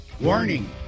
warning